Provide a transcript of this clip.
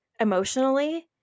emotionally –